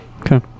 Okay